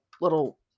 little